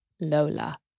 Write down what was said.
Lola